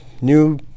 new